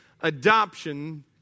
adoption